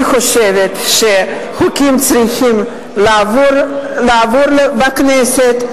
אני חושבת שחוקים צריכים לעבור בכנסת.